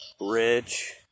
rich